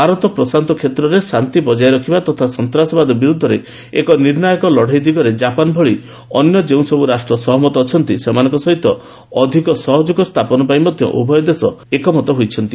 ଭାରତ ପ୍ରଶାନ୍ତ କ୍ଷେତ୍ରରେ ଶାନ୍ତି ବଙ୍କାୟ ରଖିବା ତଥା ସନ୍ତାସବାଦ ବିରୁଦ୍ଧରେ ଏକ ନିର୍ଣ୍ଣାୟକ ଲଢ଼େଇ ଦିଗରେ ଜାପାନ ଭଳି ଅନ୍ୟ ଯେଉଁସବୁ ରାଷ୍ଟ୍ର ସହମତ ଅଛନ୍ତି ସେମାନଙ୍କ ସହିତ ଅଧିକ ସହଯୋଗ ସ୍ଥାପନ ପାଇଁ ମଧ୍ୟ ଉଭୟ ଦେଶ ଏକମତ ହୋଇଛନ୍ତି